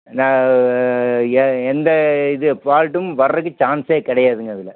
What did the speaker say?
நான் எந்த இது ஃபால்ட்டும் வர்றதுக்கு சான்ஸே கிடையாதுங்க அதில்